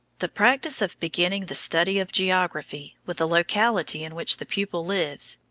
the practice of beginning the study of geography with the locality in which the pupil lives,